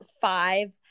five